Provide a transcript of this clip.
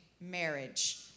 marriage